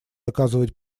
оказывать